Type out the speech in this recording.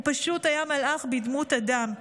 הוא פשוט היה מלאך בדמות אדם,